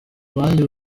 abandi